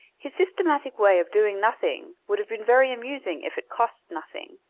his systematic way of doing nothing would have been very amusing if it cost nothing.